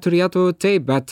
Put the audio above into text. turėtų taip bet